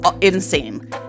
insane